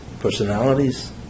Personalities